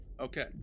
Okay